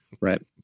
right